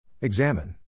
Examine